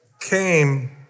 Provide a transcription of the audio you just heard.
came